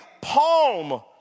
palm